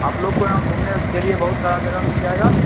आप लोग को यहाँ घूमने के लिए बहुत सारा जगह मिल जाएगा